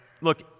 look